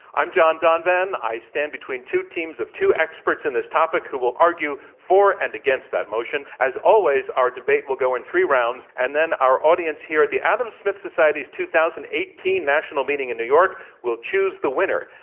i'm john donvan. i stand between two teams of two experts in this topic who will argue for and against that motion. as always, our debate will go in three rounds and then our audience here at the adam smith society's two thousand and eighteen national meeting in new york will choose the winner.